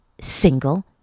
single